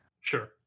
Sure